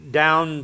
down